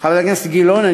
לחבר הכנסת גילאון.